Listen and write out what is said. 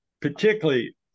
particularly